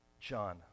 John